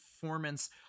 performance